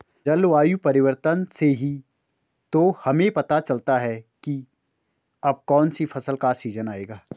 जलवायु परिवर्तन से ही तो हमें यह पता चलता है की अब कौन सी फसल का सीजन आयेगा